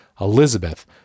Elizabeth